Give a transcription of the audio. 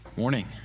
morning